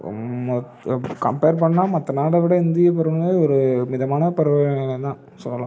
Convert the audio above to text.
ரொம்ப கம்பேர் பண்ணுணா மற்ற நாடை விட இந்தியப் பருவநிலை ஒரு மிதமான பருவநிலைன்னு தான் சொல்லலாம்